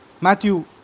Matthew